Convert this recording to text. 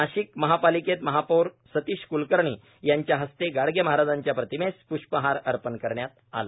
नाशिक महापालिकेत महापौर सतीश क्लकर्णी यांच्या हस्ते गाडगे महाराजांच्या प्रतिमेस प्ष्पहार अर्पण करण्यात आला